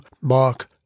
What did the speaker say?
Mark